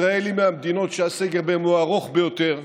ישראל היא מהמדינות שהסגר בהן הוא ארוך ביותר,